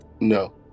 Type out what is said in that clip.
No